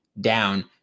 down